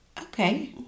Okay